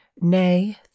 Nay